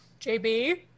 JB